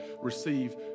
receive